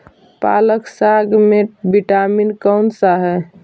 पालक साग में विटामिन कौन सा है?